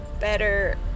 better